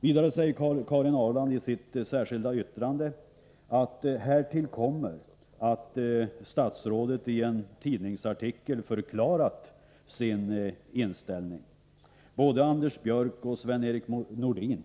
Vidare säger Karin Ahrland i sitt särskilda yttrande att härtill kommer att statsrådet i en tidningsartikel förklarat sin inställning. Både Anders Björck och Sven-Erik Nordin